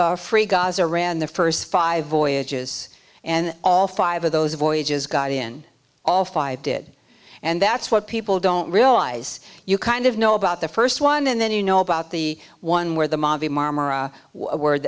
free gaza ran the first five voyages and all five of those voyages got in all five did and that's what people don't realize you kind of know about the first one and then you know about the one where the mavi marmara w